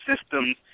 systems